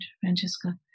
Francesca